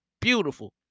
beautiful